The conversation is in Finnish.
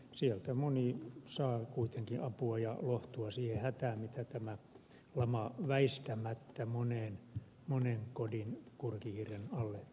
sieltä moni saa kuitenkin apua ja lohtua siihen hätään mitä tämä lama väistämättä monen kodin kurkihirren alle tuo